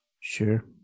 sure